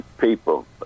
people